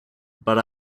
but